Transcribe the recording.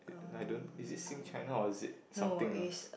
and I don't is it Sing-China or is it something else